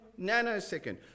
nanosecond